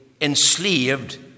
enslaved